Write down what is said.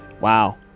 wow